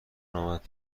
نوبت